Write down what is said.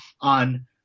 on